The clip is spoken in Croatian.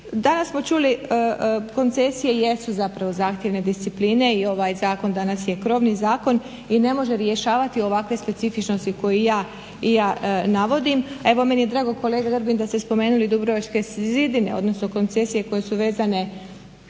Danas smo čuli, koncesije jesu zapravo zahtjevne discipline i ovaj zakon danas je krovni zakon i ne može rješavati ovakve specifičnosti koje i ja navodim. Evo meni je drago kolega Grbin da ste spomenuli Dubrovačke zidine, odnosno koncesije koje su vezane